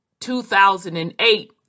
2008